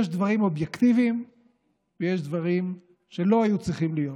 יש דברים אובייקטיביים ויש דברים שלא היו צריכים להיות.